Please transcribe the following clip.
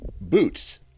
boots